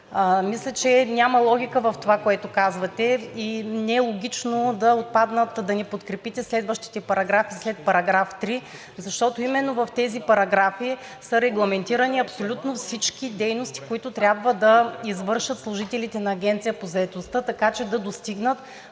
Мисля, че няма логика в това, което казвате, и не е логично да отпаднат – да не подкрепите следващите параграфи след § 3, защото именно в тези параграфи са регламентирани абсолютно всички дейности, които трябва да извършат служителите на Агенцията по заетостта, така че да достигнат